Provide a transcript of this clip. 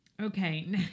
okay